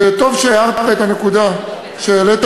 וטוב שהערת את הנקודה שהעלית,